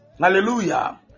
Hallelujah